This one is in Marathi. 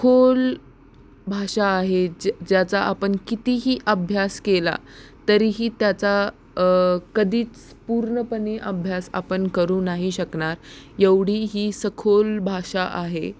खोल भाषा आहे ज्या ज्याचा आपण कितीही अभ्यास केला तरीही त्याचा कधीच पूर्णपणे अभ्यास आपण करू नाही शकणार एवढी ही सखोल भाषा आहे